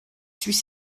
suis